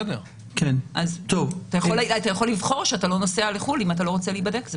אתה יכול לבחור שאתה לא נוסע לחו"ל אם אתה לא רוצה להיבדק.